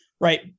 right